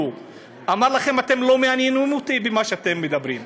הוא אמר לכם: אתם לא מעניינים אותי במה שאתם מדברים.